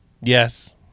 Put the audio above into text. Yes